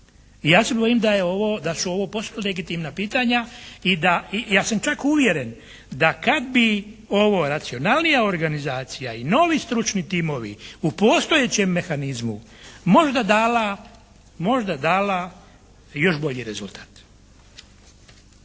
Ja se bojim da su ovo posve legitimna pitanja i da, ja sam čak uvjeren da kad bi ovo racionalnija organizacija i novi stručni timovi u postojećem mehanizmu možda dala još bolji rezultat.